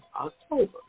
October